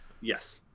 Yes